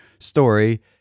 story